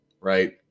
right